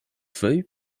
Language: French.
feuille